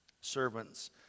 servants